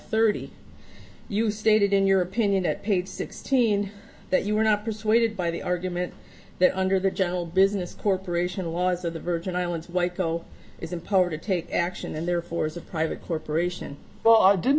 thirty you stated in your opinion that page sixteen that you were not persuaded by the argument that under the general business corporation laws of the virgin islands waco is empowered to take action and therefore is a private corporation well i don't